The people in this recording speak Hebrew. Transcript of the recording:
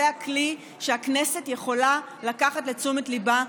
זה הכלי שהכנסת יכולה לקחת לתשומת ליבה,